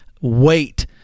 Wait